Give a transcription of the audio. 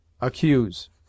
ACCUSE